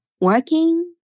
working